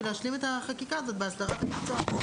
להשלים את החקיקה הזאת בהסדרת המקצוע.